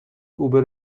اوبر